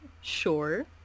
Sure